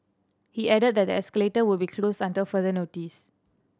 he added that the escalator would be closed until further notice